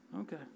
Okay